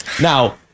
Now